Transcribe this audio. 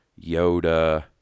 Yoda